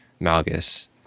Malgus